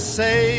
say